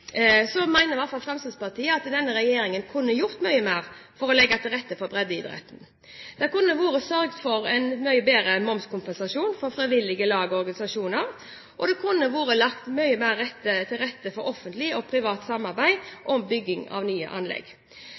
hvert fall Fremskrittspartiet at denne regjeringen kunne gjort mye mer for å legge til rette for breddeidretten. Det kunne vært sørget for en mye bedre momskompensasjon for frivillige lag og organisasjoner, og det kunne vært mye mer lagt til rette for offentlig og privat samarbeid om bygging av nye anlegg.